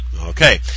Okay